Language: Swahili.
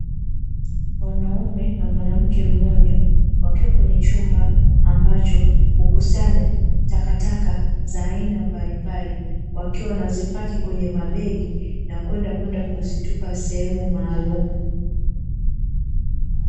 Mwanaume na mwanamke mmoja wakiwa kwenye chumba ambacho hukusanya takataka za aina mbalimbali, wakiwa wanazipaki kwenye mabegi na kwenda kuzitupa sehemu maalumu.